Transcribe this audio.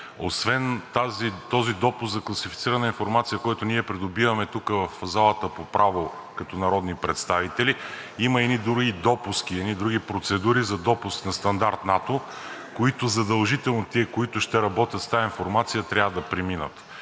освен този допуск до класифицирана информация, който ние придобиваме тук в залата по право като народни представители, има едни други допуски, едни други процедури за допуск по стандарт НАТО, които задължително тези, които ще работят с такава информация, трябва да преминат.